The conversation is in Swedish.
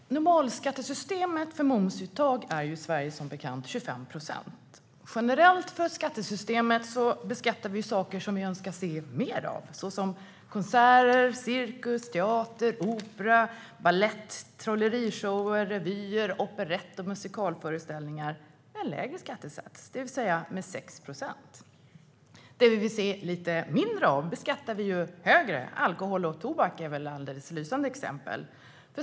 Herr talman! Normalskatteuttaget för moms i Sverige är som bekant 25 procent. Generellt i skattesystemet beskattar vi saker som vi önskar se mer av såsom konserter, cirkus, teater, opera, balett, trollerishower, revyer, operett och musikalföreställningar med en lägre skattesats, det vill säga med 6 procent. Det vi vill se lite mindre av beskattar vi högre. Alkohol och tobak är alldeles lysande exempel.